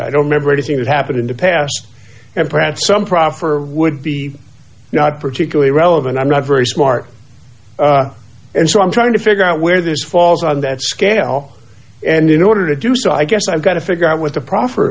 i don't remember anything that happened in the past and perhaps some proffer would be not particularly relevant i'm not very smart and so i'm trying to figure out where this falls on that scale and in order to do so i guess i've got to figure out what the pro